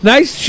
Nice